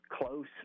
Close